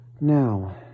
Now